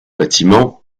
bâtiments